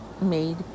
made